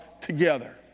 together